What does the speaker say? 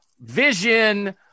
vision